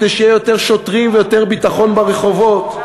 כדי שיהיו יותר שוטרים ויותר ביטחון ברחובות,